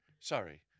Sorry